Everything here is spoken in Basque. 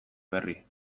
berri